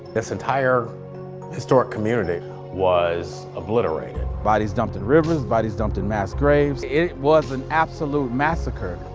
this entire historic community was obliterated. bodies dumped in rivers bodies dumped in mass graves. it was an absolute massacre.